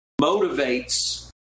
motivates